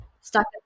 stuck